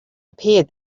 appeared